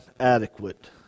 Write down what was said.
adequate